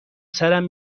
سرم